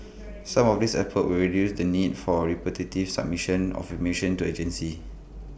some of these efforts will reduce the need for repetitive submission of information to agencies